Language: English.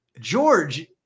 George